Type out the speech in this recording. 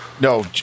No